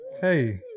Hey